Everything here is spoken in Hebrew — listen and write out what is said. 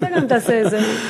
אתה גם תעשה את זה.